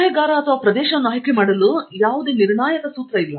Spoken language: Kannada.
ಸಲಹೆಗಾರ ಅಥವಾ ಪ್ರದೇಶವನ್ನು ಆಯ್ಕೆ ಮಾಡಲು ನಾವು ನೀಡಬಹುದಾದ ನಿರ್ಣಾಯಕ ಸೂತ್ರವು ಇಲ್ಲ